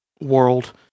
world